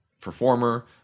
performer